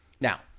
Now